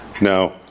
Now